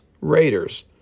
Raiders